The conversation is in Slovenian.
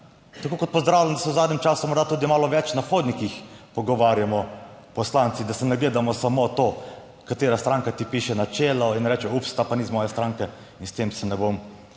tako kot pozdravljam, da se v zadnjem času morda tudi malo več na hodnikih pogovarjamo poslanci, da se ne gledamo samo to, katera stranka ti piše na čelo in reče, ups, ta pa ni iz moje stranke in s tem se ne bom